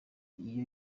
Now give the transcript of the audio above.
iyo